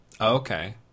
Okay